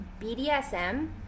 BDSM